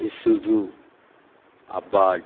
Isuzu आबाड